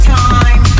time